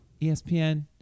ESPN